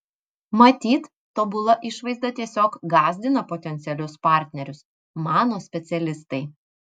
matyt tobula išvaizda tiesiog gąsdina potencialius partnerius mano specialistai